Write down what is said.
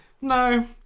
no